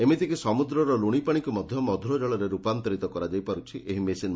ଏମିତିକ ସମୁଦ୍ରର ଲୁଶି ପାଶିକୁ ମଧ୍ୟ ମଧୁର ଜଳରେ ରୂପାନ୍ତରିତ କରିପାରୁଛି ଏହି ମେସିନ୍